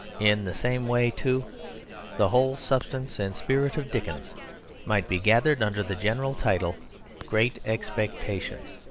in the same way too the whole substance and spirit of dickens might be gathered under the general title great expectations.